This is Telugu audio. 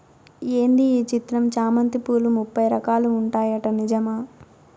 ఏంది ఈ చిత్రం చామంతి పూలు ముప్పై రకాలు ఉంటాయట నిజమా